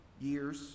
years